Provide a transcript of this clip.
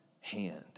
hand